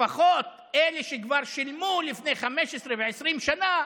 לפחות אלה שכבר שילמו לפני 15 ו-20 שנה,